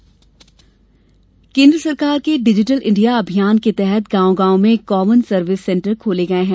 ग्रारिडिजिटल India केन्द्र सरकार के डिजिटल इण्डिया अभियान के तहत गांव गांव में कॉमन सर्विस सेण्टर खोले गये है